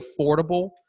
affordable